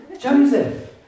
Joseph